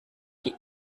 die